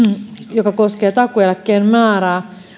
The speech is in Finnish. joka koskee takuueläkkeen määrää